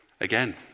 Again